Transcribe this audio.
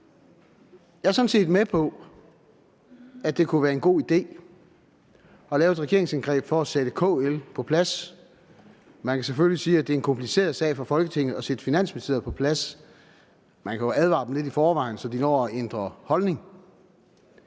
Jeg er sådan set med på, at det kunne være en god idé at lave et regeringsindgreb for at sætte KL på plads. Man kan selvfølgelig sige, at det er en kompliceret sag for Folketinget at sætte Finansministeriet på plads – man kan jo advare dem lidt i forvejen, så de når at ændre holdning